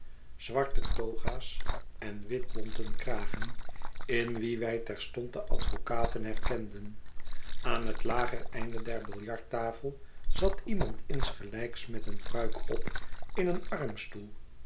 zwarte toga's en wit bonten kragen in wie wy terstond de advokaten herkenden aan het lager einde der biljarttafel zat iemand insgelijks met een pruik op in een armstoel